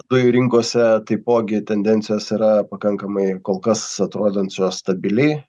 dujų rinkose taipogi tendencijos yra pakankamai kol kas atrodančios stabiliai